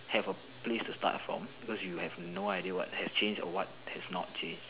have a place to start from because you have no idea what has change or what has not change